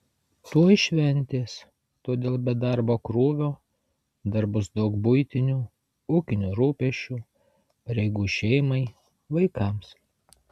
tuoj šventės todėl be darbo krūvio dar bus daug buitinių ūkinių rūpesčių pareigų šeimai vaikams